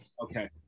Okay